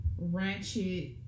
Ratchet